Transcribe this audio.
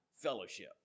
fellowship